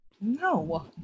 No